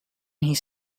his